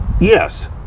Yes